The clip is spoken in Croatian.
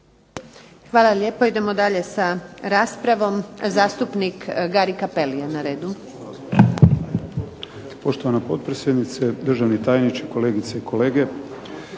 Hvala lijepo. Idemo dalje sa raspravom. Zastupnik Gari Cappelli je na redu.